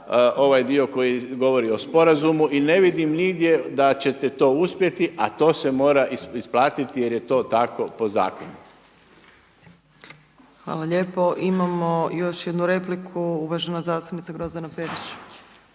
ovaj dio koji govori o sporazumu i ne vidim nigdje da ćete to uspjeti, a to se mora isplatiti jer je to tako po zakonu. **Opačić, Milanka (SDP)** Hvala lijepo. Imamo još jednu repliku. Uvažena zastupnica Grozdana Perić.